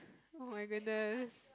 oh-my-goodness